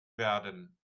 werden